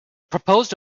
proposed